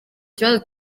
kibazo